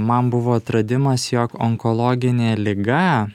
man buvo atradimas jog onkologinė liga